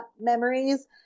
memories